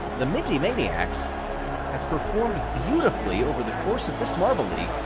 the minty maniacs have performed beautifully over the course of this marble league.